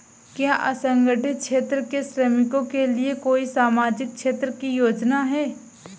क्या असंगठित क्षेत्र के श्रमिकों के लिए कोई सामाजिक क्षेत्र की योजना है?